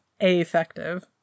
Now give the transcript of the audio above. Affective